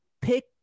pick